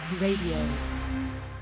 Radio